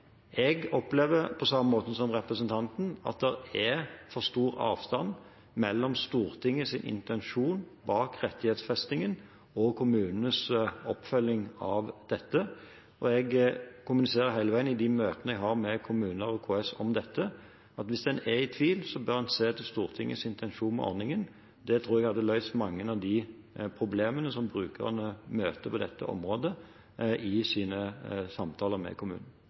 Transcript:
Jeg opplever, på samme måten som representanten, at det er for stor avstand mellom Stortingets intensjon bak rettighetsfestingen og kommunenes oppfølging av dette. Jeg kommuniserer hele veien i de møtene jeg har med kommuner og KS om dette, at hvis man er i tvil, bør man se til Stortingets intensjon med ordningen. Det tror jeg ville løst mange av de problemene som brukerne møter på dette området i sine samtaler med kommunen.